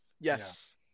Yes